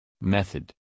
Method